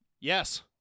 yes